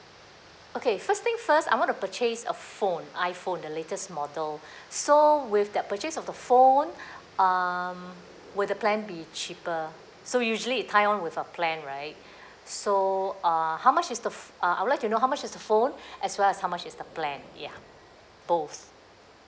okay first thing first I want to purchase a phone iPhone the latest model so with that purchase of the phone um will the plan be cheaper so usually it tie on with a plan right so uh how much is the ph~ uh I would like to know how much is the phone as well as how much is the plan ya both